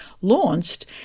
launched